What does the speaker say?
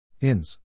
INS